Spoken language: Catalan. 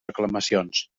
reclamacions